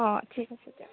অঁ ঠিক আছে দিয়ক